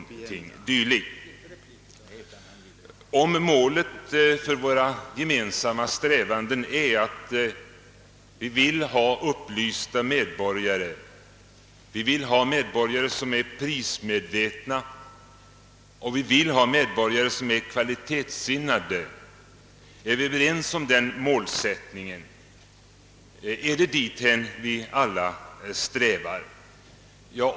Är vi överens om att målet för våra gemensamma strävanden är att sprida upplysning bland medborgarna, att få dem prismedvetna och kvalitetssinnade? Är det dithän vi alla strävar?